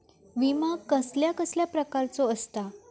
विमा कसल्या कसल्या प्रकारचो असता?